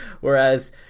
whereas